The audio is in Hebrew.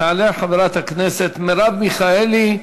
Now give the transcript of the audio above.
תעלה חברת הכנסת מרב מיכאלי,